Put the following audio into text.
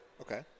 Okay